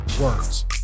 words